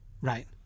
right